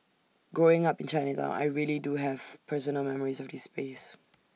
growing up in Chinatown I really do have personal memories of this space